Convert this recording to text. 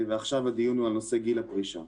ועכשיו הדיון הוא על נושא גיל הפרישה.